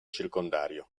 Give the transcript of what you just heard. circondario